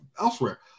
elsewhere